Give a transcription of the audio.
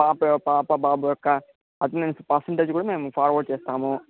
పాప పాప బాబు యొక్క అటెండన్స్ పర్సంటేజ్ కూడా మేము ఫార్వర్డ్ చేస్తాము